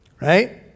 right